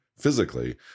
physically